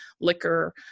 liquor